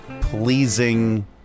pleasing